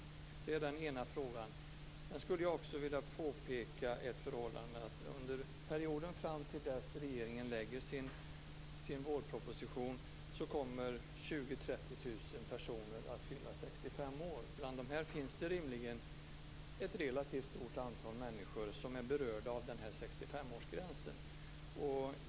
Det är den ena frågan. Sedan skulle jag också vilja påpeka ett förhållande. Under perioden fram till dess regeringen lägger fram sin vårproposition kommer 20 000-30 000 personer att fylla 65 år. Bland dem finns det rimligen ett relativt stort antal människor som är berörda av 65 årsgränsen.